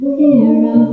hero